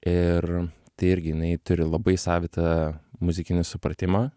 ir tai irgi jinai turi labai savitą muzikinį supratimą